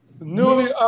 newly